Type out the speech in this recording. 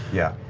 yeah.